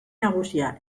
nagusia